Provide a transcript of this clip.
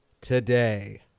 today